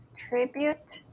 tribute